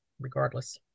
regardless